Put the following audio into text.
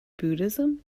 buddhism